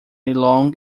long